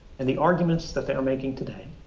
and the arguments that they're making today,